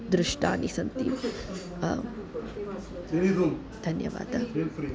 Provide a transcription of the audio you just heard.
दृष्टानि सन्ति धन्यवादः